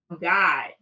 God